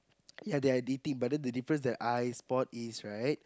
ya they are dating but then the difference their eyes spot is right